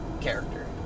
character